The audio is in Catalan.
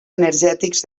energètics